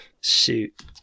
Shoot